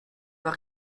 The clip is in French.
pas